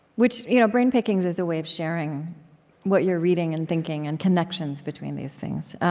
which you know brain pickings is a way of sharing what you're reading and thinking and connections between these things.